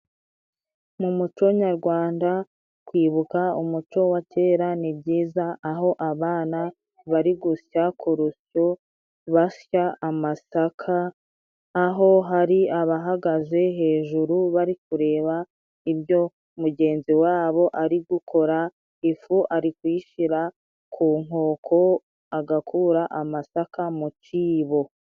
Mu muco nyarwanda, kwibuka umuco wa kera ni byiza aho abana bari gusya ku rusyo, basya amasaka, aho hari abahagaze hejuru bari kureba, byo mugenzi wabo ari gukora, ifu ari kuyishyira ku nkoko, agakura amasaka mu cyibo.